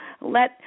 let